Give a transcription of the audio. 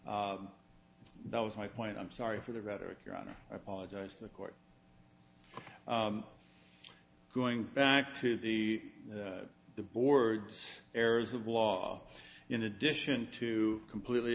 that was my point i'm sorry for the rhetoric your honor i apologize to the court going back to the the board's errors of law in addition to completely